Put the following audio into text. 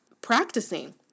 practicing